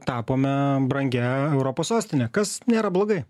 tapome brangia europos sostine kas nėra blogai